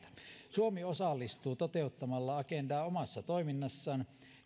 suomi osallistuu toteuttamalla agendaa omassa toiminnassaan